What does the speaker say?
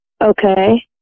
Okay